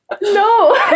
No